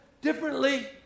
differently